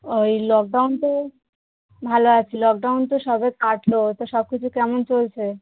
ওই লকডাউন তো ভালো আছি লকডাউন তো সবে কাটলো তো সব কিছু কেমন চলছে